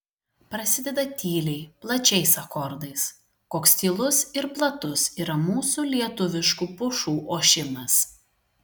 prasideda tyliai plačiais akordais koks tylus ir platus yra mūsų lietuviškų pušų ošimas